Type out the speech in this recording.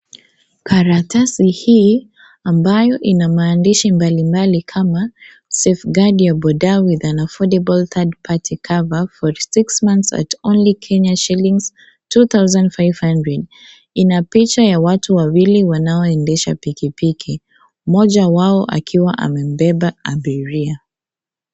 Karatasi hii ambayo ina maandishi mbalimbali kama safe guard your boda with an affordable third party cover for six months at only Kenya shillings two thousand five hundred ina picha ya watu wawili wanaoendesha pikipiki ,mmoja wao akiwa amebeba abiria.